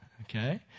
Okay